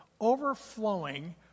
overflowing